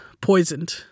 poisoned